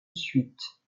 suite